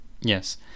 Yes